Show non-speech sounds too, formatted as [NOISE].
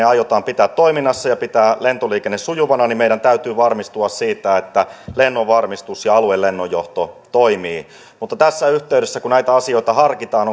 [UNINTELLIGIBLE] aiotaan pitää toiminnassa ja pitää lentoliikenne sujuvana meidän täytyy varmistua siitä että lennonvarmistus ja aluelennonjohto toimii mutta tässä yhteydessä kun näitä asioita harkitaan [UNINTELLIGIBLE]